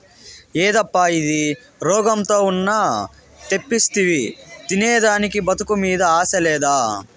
యేదప్పా ఇది, రోగంతో ఉన్న తెప్పిస్తివి తినేదానికి బతుకు మీద ఆశ లేదా